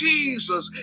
Jesus